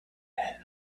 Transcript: had